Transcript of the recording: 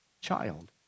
Child